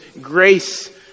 grace